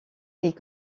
est